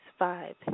vibe